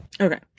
Okay